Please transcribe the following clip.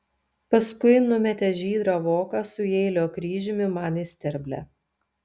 paskui numetė žydrą voką su jeilio kryžiumi man į sterblę